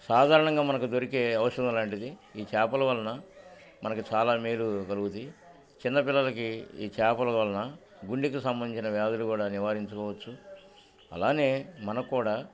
సాధారణంగా మనకు దొరికే ఔషం లాంటిది ఈ చేపల వలన మనకి చాలా మ మీలు కలుగుత చిన్నపిల్లలకి ఈ చేపల వలన గుండికి సంబంధించిన వ్యాధులు కూడా నివారించుకోవచ్చు అలానే మనక్క కూడా